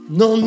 no